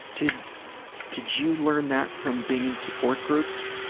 did did you learn that from being in support groups?